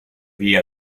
vie